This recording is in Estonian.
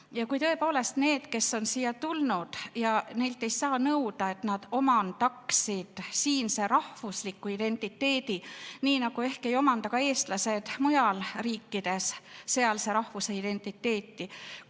Ja tõepoolest neilt, kes on siia tulnud, ei saa nõuda, et nad omandaksid siinse rahvusliku identiteedi, nii nagu ehk ei omanda ka eestlased mujal riikides sealse rahvuse identiteeti.